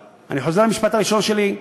אני חוזר על המשפט הראשון שלי: